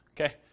Okay